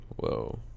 Whoa